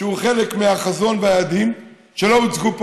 שהוא חלק מהחזון והיעדים שלא הוצגו פה.